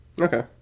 okay